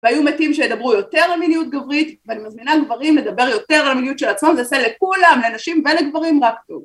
והיו מתים שידברו יותר על מיניות גברית ואני מזמינה גברים לדבר יותר על המיניות של עצמם וזה יעשה לכולם, לנשים ולגברים רק טוב